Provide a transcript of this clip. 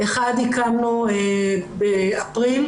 אחד הקמנו באפריל,